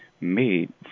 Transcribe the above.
made